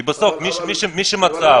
כי בסוף מי שמצא עבודה בסדר.